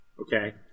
Okay